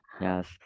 Yes